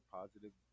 positive